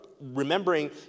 remembering